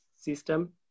system